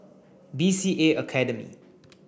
B C A Academy